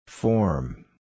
Form